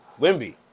Wimby